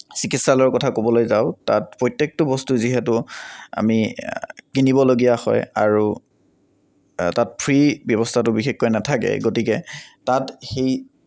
চিকিৎসালয়ৰ কথা ক'বলৈ যাওঁ তাত প্ৰত্যেকটো বস্তু যিহেতু আমি কিনিবলগীয়া হয় আৰু তাত ফ্ৰি ব্যৱস্থাটো বিশেষকৈ নাথাকে গতিকে তাত সেই